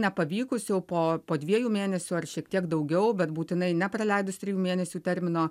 nepavykus jau po po dviejų mėnesių ar šiek tiek daugiau bet būtinai nepraleidus trijų mėnesių termino